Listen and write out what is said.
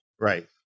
Right